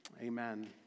amen